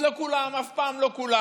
אז לא כולם, אף פעם לא כולם.